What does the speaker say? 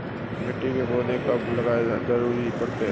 मिट्टी में पौधों को कब लगाने की ज़रूरत पड़ती है?